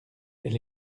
elle